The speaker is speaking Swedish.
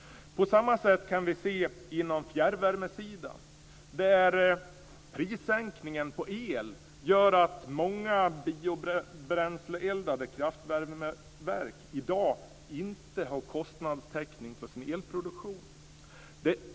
På samma sätt kan vi se på fjärrvärmesidan, där prissänkningen på el gör att många biobränsleeldade kraftvärmeverk i dag inte har kostnadstäckning för sin elproduktion.